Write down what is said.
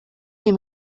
dem